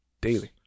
Daily